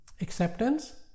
acceptance